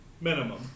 minimum